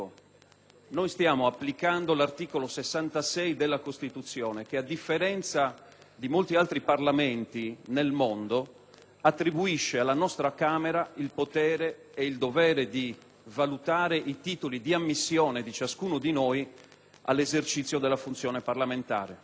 Stiamo applicando l'articolo 66 della Costituzione che, a differenza di molti altri Parlamenti nel mondo, attribuisce alla nostra Camera il potere e il dovere di valutare i titoli di ammissione di ciascuno di noi all'esercizio della funzione parlamentare.